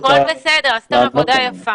הכול בסדר, עשיתם עבודה יפה.